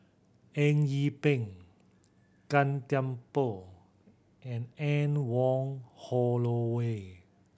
Eng Yee Peng Gan Thiam Poh and Anne Wong Holloway